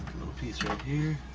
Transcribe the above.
piece right here